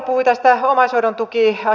sitten tästä nuorisotakuusta